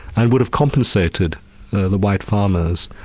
and would have compensated the the white farmers.